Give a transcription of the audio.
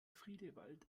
friedewald